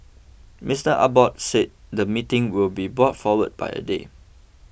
Mister Abbott said the meeting would be brought forward by a day